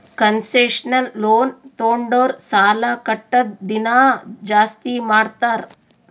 concessional loan ತೊಂಡುರ್ ಸಾಲಾ ಕಟ್ಟದ್ ದಿನಾ ಜಾಸ್ತಿ ಮಾಡ್ತಾರ್